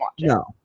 No